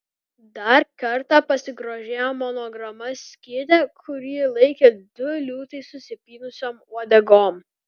dar kartą pasigrožėjo monograma skyde kurį laikė du liūtai susipynusiom uodegom